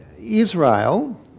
Israel